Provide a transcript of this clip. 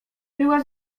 była